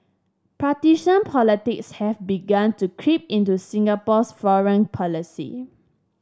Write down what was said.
partisan politics has begun to creep into Singapore's foreign policy